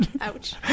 Ouch